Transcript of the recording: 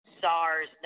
SARS